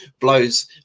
blows